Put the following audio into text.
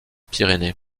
pyrénées